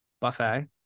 buffet